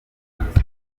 urubanza